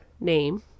name